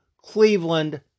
Cleveland